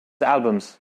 albums